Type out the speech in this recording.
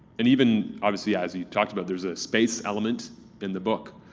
and even, obviously, as you talked about there's a space element in the book,